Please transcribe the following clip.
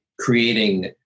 creating